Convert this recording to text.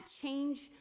change